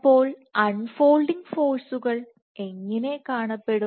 അപ്പോൾ unfold ഫോഴ്സുകൾ എങ്ങനെ കാണപ്പെടും